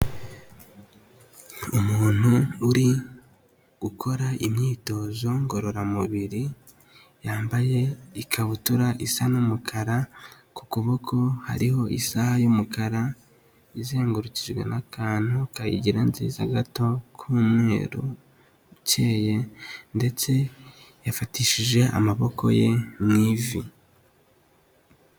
Umuntu uri gukora imyitozo ngororamubiri, yambaye ikabutura isa n'umukara, ku kuboko hariho isaha y'umukara izengurukijwe n'akantu kayigira nziza gato k'umweru ukeye ndetse yafatishije amaboko ye mu ivi.